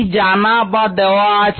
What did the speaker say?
কি জানা বা দেওয়া আছে